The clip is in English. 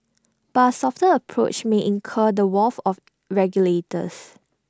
but softer approach may incur the wrath of regulators